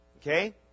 Okay